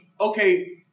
okay